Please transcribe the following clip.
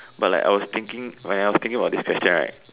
but like I was thinking when I was thinking about this question right